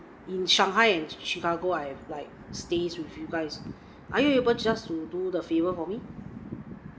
in shanghai and chicago I have like stays with you guys are you able just to do the favor for me